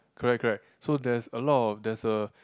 correct correct so there's a lot of there's a